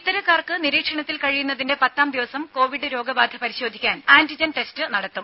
ഇത്തരക്കാർക്ക് നിരീക്ഷണത്തിൽ കഴിയുന്നതിന്റെ പത്താം ദിവസം കൊവിഡ് രോഗ ബാധ പരിശോധിക്കാൻ ആന്റിജൻ ടെസ്റ്റ് നടത്തും